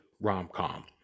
rom-com